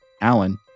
Alan